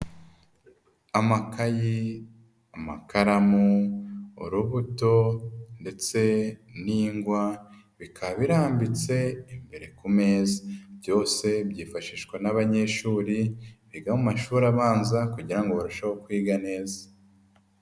Amakayi, amakaramu, urubuto ndetse n'ingwa bikaba birambitse imbere ku meza, byose byifashishwa n'abanyeshuri biga mu amashuri abanza kugira ngo barusheho kwiga neza.